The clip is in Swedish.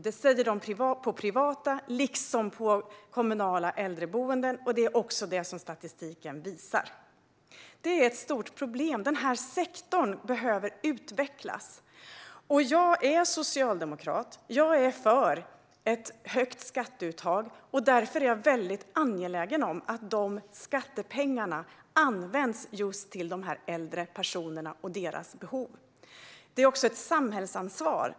Detta sägs på både privata och kommunala äldreboenden, och det syns även i statistiken. Det här är ett stort problem, och sektorn behöver utvecklas. Jag är socialdemokrat och är för ett högt skatteuttag. Därför är jag väldigt angelägen om att skattepengarna används till de äldre och deras behov. Att personalen trivs är också ett samhällsansvar.